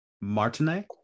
Martinet